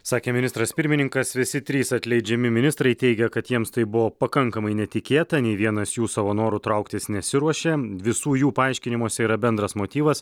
sakė ministras pirmininkas visi trys atleidžiami ministrai teigia kad jiems tai buvo pakankamai netikėta nei vienas jų savo noru trauktis nesiruošia visų jų paaiškinimuose yra bendras motyvas